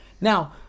Now